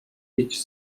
idź